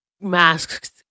masks